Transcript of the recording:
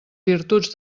virtuts